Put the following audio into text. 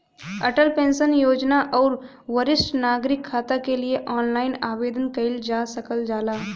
Atal pension Yojana आउर वरिष्ठ नागरिक खाता के लिए ऑनलाइन आवेदन कइल जा सकल जाला